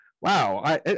wow